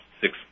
six